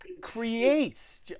creates